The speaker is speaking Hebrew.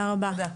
תודה רבה.